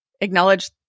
acknowledge